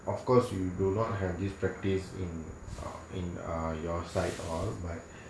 of course you do not have this practice in err in err your side all but